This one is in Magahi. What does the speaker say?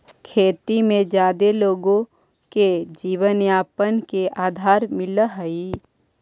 खेती में जादे लोगो के जीवनयापन के आधार मिलऽ हई